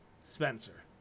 Spencer